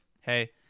Hey